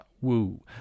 Woo